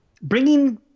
bringing